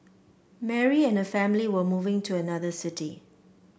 Mary and her family were moving to another city